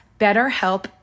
BetterHelp